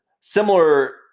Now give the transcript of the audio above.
similar